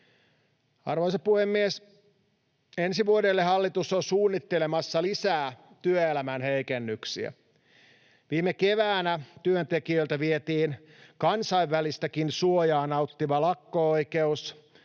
Arvoisa puhemies! Ensi vuodelle hallitus on suunnittelemassa lisää työelämän heikennyksiä. Viime keväänä työntekijöiltä vietiin kansainvälistäkin suojaa nauttiva lakko-oikeus,